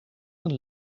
een